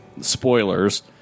spoilers